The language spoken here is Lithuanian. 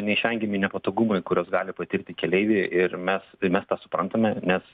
neišvengiami nepatogumai kuriuos gali patirti keleiviai ir mes ir mes tą suprantame nes